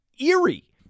eerie